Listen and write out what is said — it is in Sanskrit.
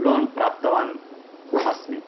लोन् प्राप्तवान् अस्मि